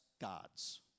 gods